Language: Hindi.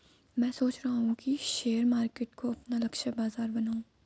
मैं सोच रहा हूँ कि शेयर मार्केट को अपना लक्ष्य बाजार बनाऊँ